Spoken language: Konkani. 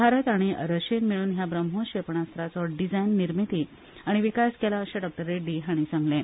भारत आनी रशियेन मेळून ह्या ब्रम्होस क्षेपणाख्राचो डिझायन निर्मीती आनी विकास केला अशें डॉ रेड्डी हांणी सांगलें